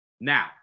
Now